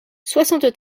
soixante